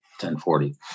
1040